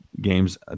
games